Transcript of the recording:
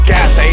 Gas